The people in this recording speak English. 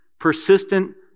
Persistent